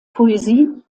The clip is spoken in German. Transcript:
poesie